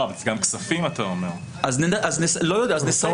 אבל אתה אומר גם כספים.